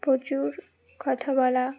প্রচুর কথা বলা